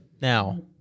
Now